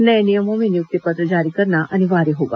नए नियमों में नियुक्ति पत्र जारी करना अनिवार्य होगा